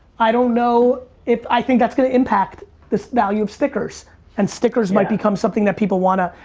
i don't know if, i think that's gonna impact the value of stickers and stickers might become something that people wanna,